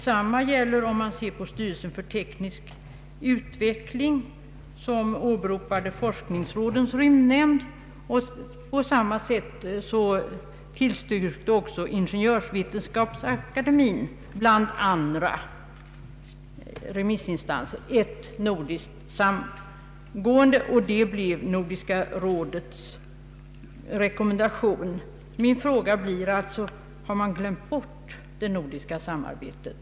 Samma gällde styrelsen för teknisk utveckling, som åberopade << forskningsrådens rymdnämnd, och även Ingeniörsvetenskapsakademien tillstyrkte ett nordiskt samgående. Det blev också Nordiska rådets rekommendation. Min fråga blir alltså: Har man på regeringsnivå glömt bort det nordiska samarbetet?